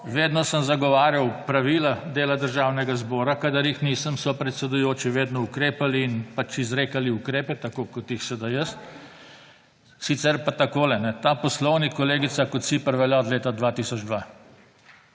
vedno sem zagovarjal pravila dela Državnega zbora, kadar jih nisem so predsedujoči vedno ukrepali in izrekali ukrepe tako kot jih sedaj jaz. Sicer pa tako, ta Poslovnik, kolegica Kociper, velja od leta 2002.